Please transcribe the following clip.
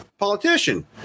politician